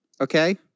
Okay